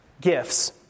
gifts